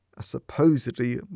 supposedly